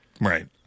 right